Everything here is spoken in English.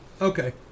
Okay